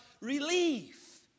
relief